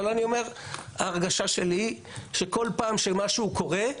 אבל ההרגשה שלי שכל פעם שמשהו קורה,